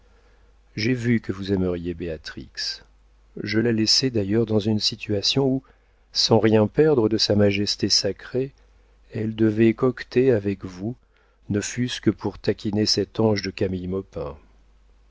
j'ai vu que vous aimeriez béatrix je la laissais d'ailleurs dans une situation où sans rien perdre de sa majesté sacrée elle devait coqueter avec vous ne fût-ce que pour taquiner cet ange de camille